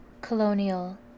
colonial